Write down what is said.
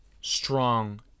strong